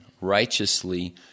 righteously